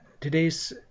today's